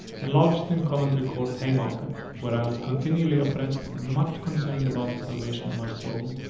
and lodged in coventry-court, haymarket, where i was continually oppressed and much concerned about the salvation of my soul,